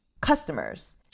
customers